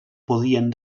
podien